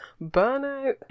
Burnout